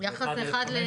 זה אחד ל-500,